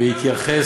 אדוני היושב-ראש,